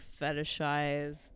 fetishize